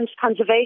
Conservation